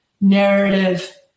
narrative